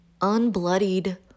unbloodied